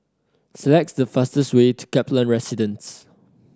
select the fastest way to Kaplan Residence